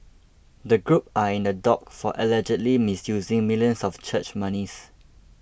the group are in the dock for allegedly misusing millions of church monies